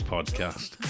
Podcast